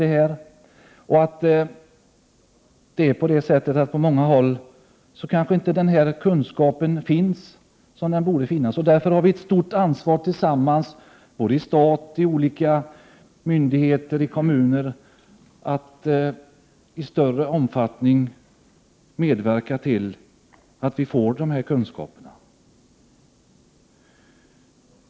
Vi har en ny lagstiftning, och på många håll finns kanske inte de kunskaper som borde finnas. Därför har vi tillsammans ett stort ansvar — stat, myndigheter och kommuner — att i större omfattning medverka till att man får dessa kunskaper.